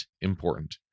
important